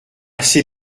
ces